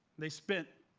they spent